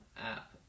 app